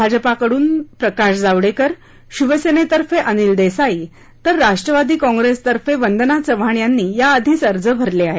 भाजपाकडून प्रकाश जावडेकर शिवसेनेतर्फे अनिल देसाई तर राष्ट्रवादी कॉप्रेसतर्फे वंदना चव्हाण यांनी याआधीच अर्ज भरले आहेत